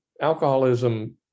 alcoholism